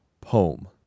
Poem